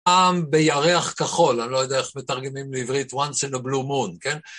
פעם בירח כחול, אני לא יודע איך מתרגמים לעברית, once in a blue moon, כן?